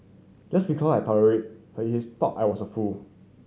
just because I tolerated her is talk I was a fool